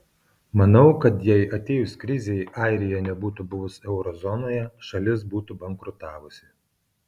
manau kad jei atėjus krizei airija nebūtų buvus euro zonoje šalis būtų bankrutavusi